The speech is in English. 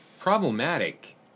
problematic